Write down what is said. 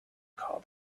call